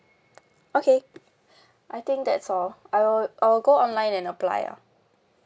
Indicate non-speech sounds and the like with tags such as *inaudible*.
okay *breath* I think that's all I will I will go online and apply ah